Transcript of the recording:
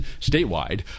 statewide